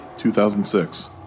2006